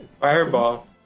Fireball